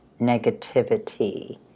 negativity